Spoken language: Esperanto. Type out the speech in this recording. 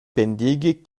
pendigi